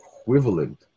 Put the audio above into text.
equivalent